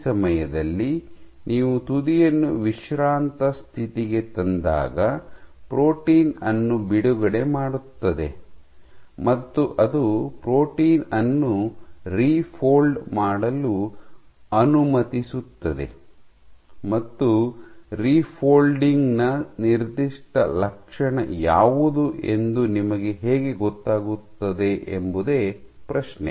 ಈ ಸಮಯದಲ್ಲಿ ನೀವು ತುದಿಯನ್ನು ವಿಶ್ರಾಂತ ಸ್ಥಿತಿಗೆ ತಂದಾಗ ಪ್ರೋಟೀನ್ ಅನ್ನು ಬಿಡುಗಡೆ ಮಾಡುತ್ತದೆ ಮತ್ತು ಅದು ಪ್ರೋಟೀನ್ ಅನ್ನು ರಿಫೊಲ್ಡ್ ಮಾಡಲು ಅನುಮತಿಸುತ್ತದೆ ಮತ್ತು ರಿಫೊಲ್ಡಿಂಗ್ ನ ನಿರ್ದಿಷ್ಟ ಲಕ್ಷಣ ಯಾವುದು ಎಂದು ನಿಮಗೆ ಹೇಗೆ ಗೊತ್ತಾಗುತ್ತದೆ ಎಂಬುದೇ ಪ್ರಶ್ನೆ